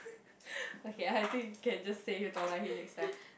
okay I think can just say you don't like him next time